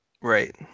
Right